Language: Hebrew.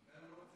אולי הוא,